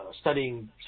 studying